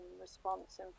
response